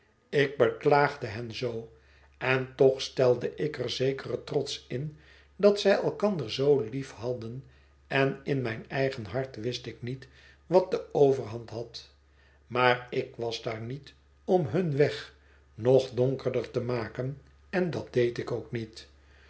ik beklaagde hen zoo en toch stelde ik er zekeren trots in dat zij elkander zoo lief hadden en in mijn eigen hart wist ik niet wat de overhand had maar ik was daar niet om hun weg nog donkerder te maken en dat deed ik ook niet